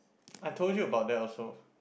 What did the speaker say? I told you about that also